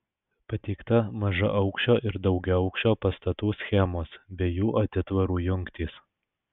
pateikta mažaaukščio ir daugiaaukščio pastatų schemos bei jų atitvarų jungtys